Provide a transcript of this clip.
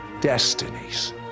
destinies